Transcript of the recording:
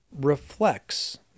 reflects